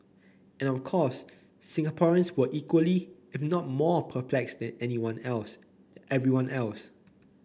and of course Singaporeans were equally if not more perplexed than everyone else